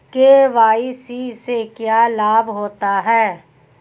KYC से क्या लाभ होता है?